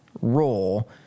role